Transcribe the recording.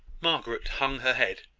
margaret hung her head,